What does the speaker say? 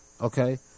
okay